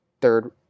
third